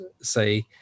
say